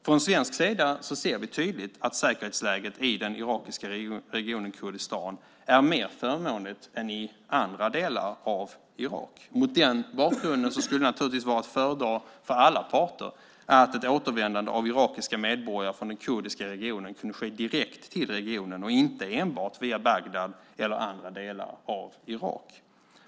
Från svensk sida ser vi tydligt att säkerhetsläget i den irakiska regionen Kurdistan är mer förmånligt än i andra delar av Irak. Mot den bakgrunden skulle det naturligtvis vara att föredra för alla parter om ett återvändande av irakiska medborgare från den kurdiska regionen kunde ske direkt till regionen, inte enbart via Bagdad eller andra delar av Irak.